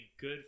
good